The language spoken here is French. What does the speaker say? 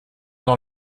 dans